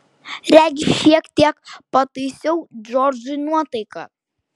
regis šiek tiek pataisiau džordžui nuotaiką